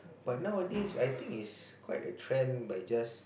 but nowadays I think is quite a trend by just